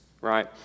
right